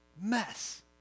mess